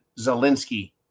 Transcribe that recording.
Zelensky